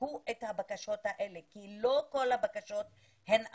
את הבקשות האלה, כי לא כל הבקשות הן אמיתיות.